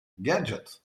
gadget